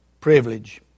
privilege